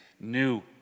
new